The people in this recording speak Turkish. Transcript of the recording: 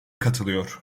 katılıyor